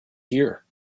here